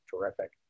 terrific